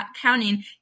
counting